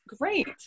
Great